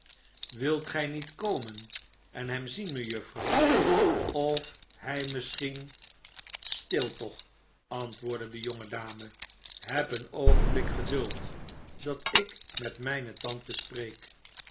wilt gij niet komen en hem zien mejuffrouw of hij misschien stil toch antwoordde de jonge dame heb een oogenblik geduld dat ik met mijne tante spreek